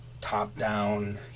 top-down